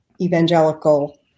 evangelical